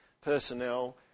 personnel